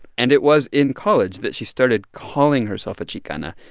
and it was in college that she started calling herself a chicana.